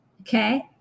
Okay